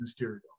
Mysterio